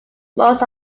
most